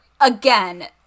again